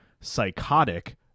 Psychotic